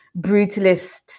brutalist